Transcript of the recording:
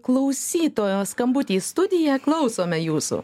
klausytojo skambutį į studiją klausome jūsų